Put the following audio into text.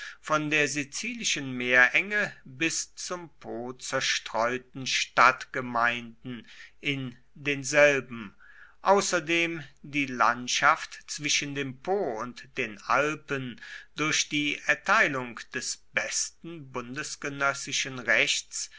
von der sizilischen meerenge bis zum po zerstreuten stadtgemeinden in denselben außerdem die landschaft zwischen dem po und den alpen durch die erteilung des besten bundesgenössischen rechts